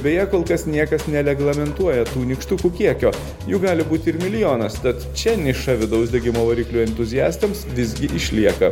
beje kol kas niekas neleglamentuoja tų nykštukų kiekio jų gali būt ir milijonas bet čia niša vidaus degimo variklių entuziastams visgi išlieka